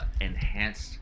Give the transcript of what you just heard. enhanced